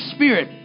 Spirit